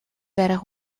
барих